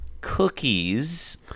cookies